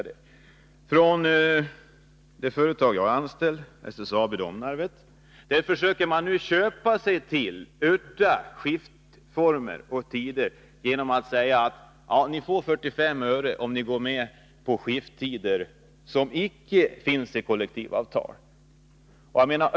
Det företag där jag är anställd, SSAB i Domnarvet, försöker nu köpa sig till udda skiftformer och tider genom att säga: Ni får 45 öre i lönelyft om ni går med på skifttider som inte finns med i kollektivavtalet.